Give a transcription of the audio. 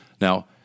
Now